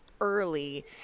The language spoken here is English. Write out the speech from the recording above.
early